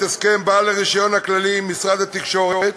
הסכם בעל הרישיון הכללי עם משרד התקשורת,